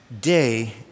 day